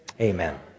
amen